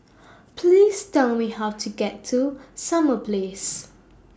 Please Tell Me How to get to Summer Place